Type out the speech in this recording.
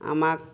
আমাক